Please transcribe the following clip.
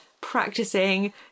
practicing